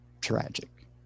tragic